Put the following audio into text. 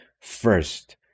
first